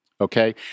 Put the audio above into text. Okay